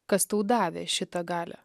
kas tau davė šitą galią